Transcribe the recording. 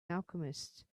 alchemist